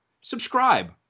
subscribe